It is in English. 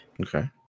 Okay